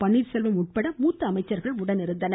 பன்னீர் செல்வம் உட்பட மூத்த அமைச்சர்கள் உடனிருந்தனர்